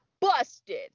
busted